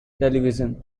television